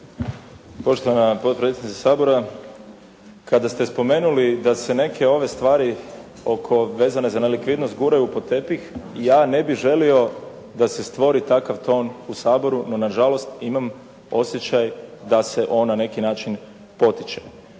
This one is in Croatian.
Poštovana potpredsjednice Sabora, kada ste spomenuli da se neke ove stvari oko, vezane za nelikvidnost guraju pod tepih ja ne bih želio da se stvori takav ton u Saboru no nažalost imam osjećaj da se on na neki način potiče.